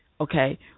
Okay